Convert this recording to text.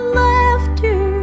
laughter